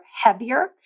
heavier